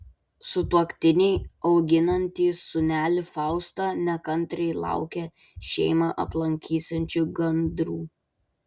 sutuoktiniai auginantys sūnelį faustą nekantriai laukia šeimą aplankysiančių gandrų